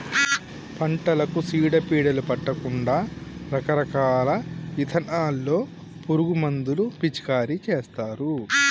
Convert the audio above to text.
పంటలకు సీడ పీడలు పట్టకుండా రకరకాల ఇథానాల్లో పురుగు మందులు పిచికారీ చేస్తారు